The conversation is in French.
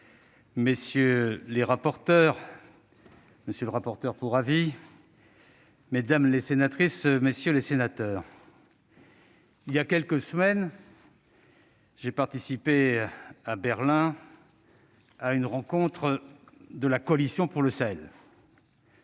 messieurs les rapporteurs, monsieur le rapporteur pour avis, mesdames les sénatrices, messieurs les sénateurs, il y a quelques semaines, j'ai participé à Berlin à une rencontre de la Coalition pour le Sahel.